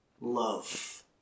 love